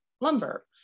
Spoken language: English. lumber